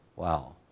Wow